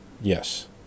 Yes